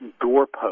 doorpost